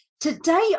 today